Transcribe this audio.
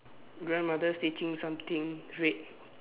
grandmother stitching something red